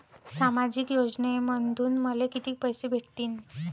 सामाजिक योजनेमंधून मले कितीक पैसे भेटतीनं?